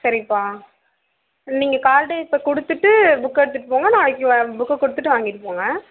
சரிப்பா நீங்கள் கார்டை இப்போ கொடுத்துட்டு புக்கை எடுத்துட்டு போங்க நாளைக்கு வ புக்கை கொடுத்துட்டு வாங்கிட்டு போங்க